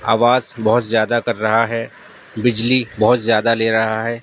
آواز بہت زیادہ کر رہا ہے بجلی بہت زیادہ لے رہا ہے